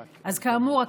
כאמור,